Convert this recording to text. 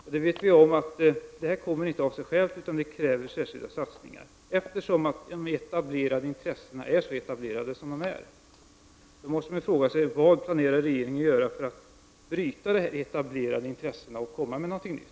Vi vet att detta inte sker av sig självt, utan det kräver särskilda satsningar, eftersom de etablerade intressena är så etablerade. Vad planerar regeringen att göra för att bryta dessa etablerade intressen för att få fram något nytt?